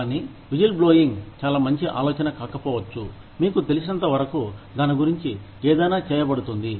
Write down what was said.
కానీ విజిల్బ్లోయింగ్ చాలా మంచి ఆలోచన కాకపోవచ్చు మీకు తెలిసినంత వరకు దాని గురించి ఏదైనా చేయబడుతుంది